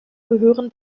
gehören